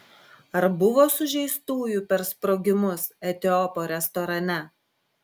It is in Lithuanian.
ar buvo sužeistųjų per sprogimus etiopo restorane